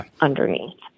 underneath